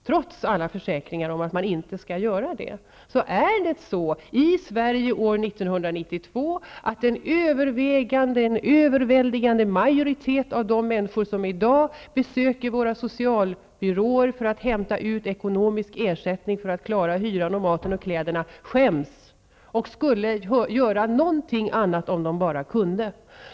Trots alla försäkringar om att man inte behöver skämmas, är det så i Sverige år 1992 att en överväldigande majoritet av de människor som i dag besöker socialbyråerna för att hämta ekonomiskt stöd för att klara hyran, maten och kläderna skäms. De skulle göra vad som helst annat, om de bara kunde.